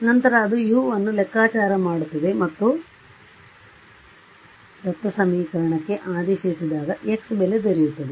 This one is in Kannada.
ಅಂತಹ ಪುನರಾವರ್ತನೆಯ ವಿಧಾನವು x ಗಾಗಿ ಕೆಲವು ಊಹೆಯೊಂದಿಗೆ ಪ್ರಾರಂಭವಾಗುತ್ತದೆ ನಂತರ ಅದು U ಅನ್ನು ಲೆಕ್ಕಾಚಾರ ಮಾಡುತ್ತದೆ ಮತ್ತು ಆ U ಅನ್ನು ದತ್ತ ಸಮೀಕರಣಕ್ಕೆ ಆದೇಶಿಸಿದಾಗ x ಬೆಲೆ ದೊರೆಯುತ್ತದೆ